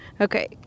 Okay